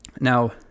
now